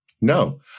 No